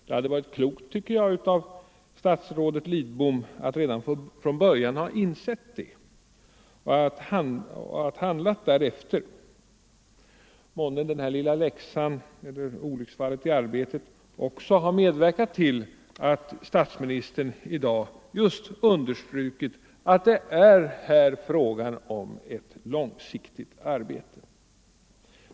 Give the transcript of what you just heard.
Det hade varit klokt av statsrådet Lidbom att redan från början ha insett det och att ha handlat därefter. Månne den här lilla läxan eller olycksfallet i arbetet också har medverkat till att statsministern i dag just understrukit att det är fråga om ett långsiktigt arbete.